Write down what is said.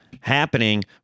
happening